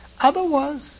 Otherwise